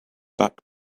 back